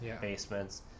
basements